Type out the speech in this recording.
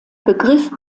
begriff